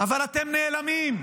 אבל אתם נעלמים,